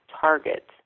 target